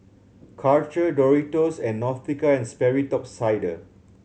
Karcher Doritos and Nautica and Sperry Top Sider